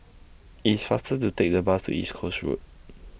It's faster to Take The Bus to East Coast Road